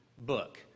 book